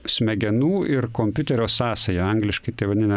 smegenų ir kompiuterio sąsają angliškai tai vadina